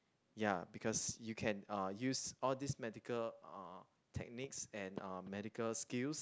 ya because you can uh use all these medical uh techniques and uh medical skills